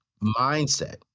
mindset